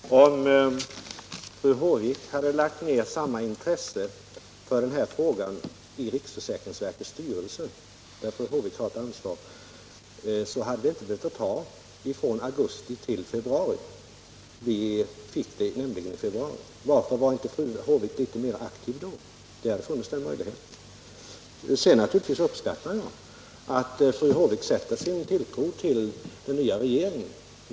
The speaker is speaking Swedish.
Herr talman! Om fru Håvik hade lagt ner samma intresse för den här frågan i riksförsäkringsverkets styrelse, där fru Håvik har ett ansvar, hade det inte behövt ta från augusti till februari för oss att få förslaget. Varför var fru Håvik inte litet mera aktiv då? Den möjligheten hade funnits. Jag uppskattar att fru Håvik ger sin tilltro till den nya regeringen.